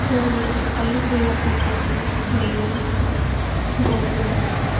இப்போது பயிறுகள் அப்படின் பார்த்தோம்னா நெல் கோதுமை